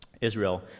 Israel